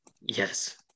yes